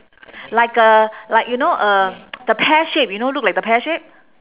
like a like you know a the pear shape you know look like a pear shape